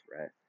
right